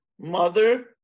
Mother